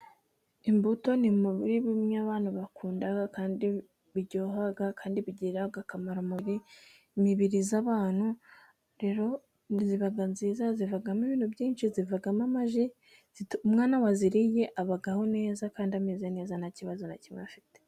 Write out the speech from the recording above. Imbuto ni bimwe abantu bakunda, kandi biryoha kandi bigirira akamaro imibiri y'abantu. Rero ziba nziza, zivamo ibintu byinshi, zivagamo amaji. Umwana waziriye abaho neza kandi ameze neza, nta kibazo na kimwe afite.